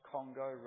Congo